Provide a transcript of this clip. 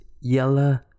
yellow